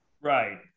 Right